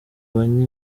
banywa